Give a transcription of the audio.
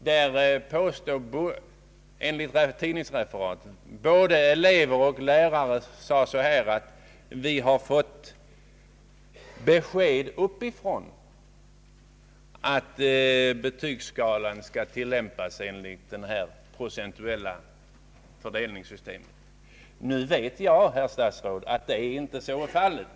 Där sade — enligt tidningsreferatet — både elever och lärare att vi har fått besked uppifrån att betygsskalan skall tillämpas enligt ett sådant procentuellt fördelningssystem. Nu vet jag, herr statsråd, att så inte är fallet.